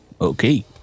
Okay